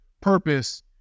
purpose